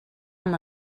amb